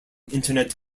internet